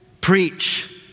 Preach